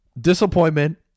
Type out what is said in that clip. disappointment